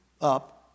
up